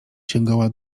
sięgała